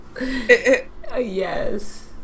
Yes